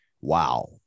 Wow